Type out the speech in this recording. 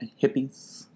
hippies